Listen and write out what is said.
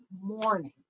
morning